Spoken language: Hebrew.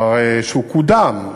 והוא כבר קודם,